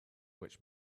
which